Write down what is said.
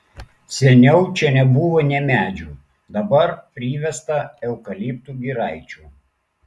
seniau čia nebuvo nė medžių dabar priveista eukaliptų giraičių